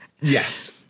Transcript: Yes